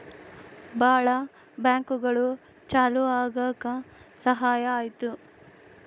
ಭಾಳ ಬ್ಯಾಂಕ್ಗಳು ಚಾಲೂ ಆಗಕ್ ಸಹಾಯ ಆಯ್ತು